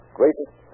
greatest